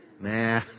nah